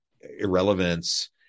irrelevance